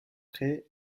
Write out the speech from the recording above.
pré